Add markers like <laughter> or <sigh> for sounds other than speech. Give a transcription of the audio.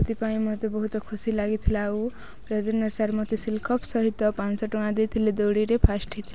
ସେଥିପାଇଁ ମୋତେ ବହୁତ ଖୁସି ଲାଗିଥିଲା ଆଉ <unintelligible> ସାର୍ ମୋତେ ସିଲ୍ଡ କପ୍ ସହିତ ପାଁଶହ ଟଙ୍କା ଦେଇଥିଲେ ଦୌଡ଼ରେ ଫାର୍ଷ୍ଟ ହେଇଥିଲି